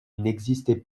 n’existaient